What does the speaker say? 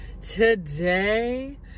Today